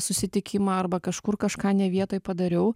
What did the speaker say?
susitikimą arba kažkur kažką ne vietoj padariau